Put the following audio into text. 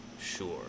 sure